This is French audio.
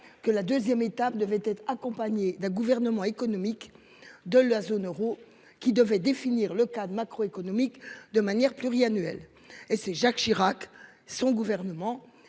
que la deuxième étape devait être accompagné d'un gouvernement économique de la zone euro qui devait définir le cadre macroéconomique de manière pluriannuelle et c'est Jacques Chirac, son gouvernement